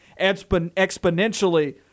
exponentially